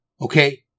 Okay